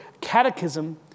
Catechism